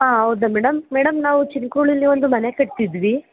ಹಾಂ ಹೌದಾ madam madam ನಾವು ಚಿನಕುರ್ಳಿಲಿ ಒಂದು ಮನೆ ಕಟ್ತಿದಿವಿ